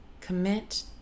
commit